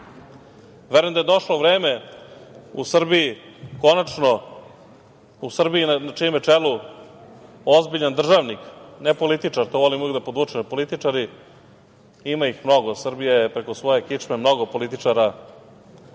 pokrali. Verujem da je došlo vreme u Srbiji konačno, u Srbiji na čijem je čelu ozbiljan državnik, ne političar, to volim uvek da podvučem, jer političari, ima ih mnogo, Srbija je preko svoje kičme mnogo političara preživela